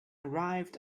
arrived